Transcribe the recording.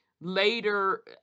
later